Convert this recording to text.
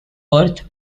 worth